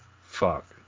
fuck